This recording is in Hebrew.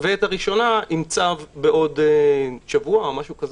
ואת הראשונה עם צו בעוד שבוע או משהו כזה.